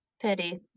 Pity